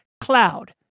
Cloud